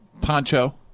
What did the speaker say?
Poncho